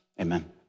amen